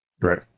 Right